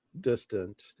distant